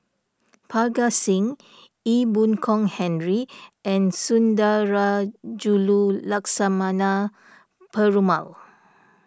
Parga Singh Ee Boon Kong Henry and Sundarajulu Lakshmana Perumal